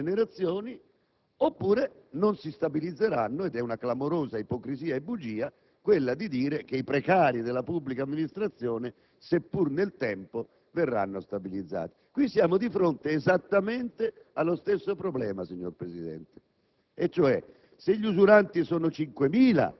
sempre a carico poi delle nuove generazioni, oppure non si stabilizzeranno ed in questo caso è una clamorosa ipocrisia e bugia quella di dire che i precari della pubblica amministrazione, seppur nel tempo, verranno stabilizzati. Qui siamo di fronte esattamente allo stesso problema, signor Presidente.